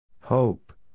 Hope